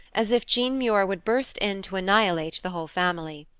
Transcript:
as if jean muir would burst in to annihilate the whole family.